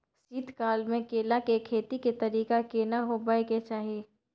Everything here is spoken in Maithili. शीत काल म केला के खेती के तरीका केना होबय के चाही?